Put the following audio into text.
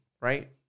right